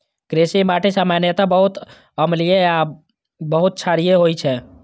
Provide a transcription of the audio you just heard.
कृषि माटि सामान्यतः बहुत अम्लीय आ बहुत क्षारीय होइ छै